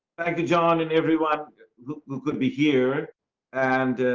back to john and everyone who could be here and